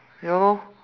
ya lor